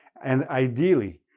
and, ideally,